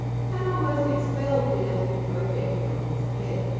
had almost expelled the attic-project from his head.